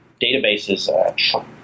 databases